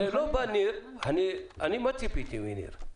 הרי מה ציפיתי מניר שפר?